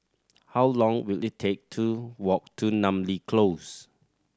how long will it take to walk to Namly Close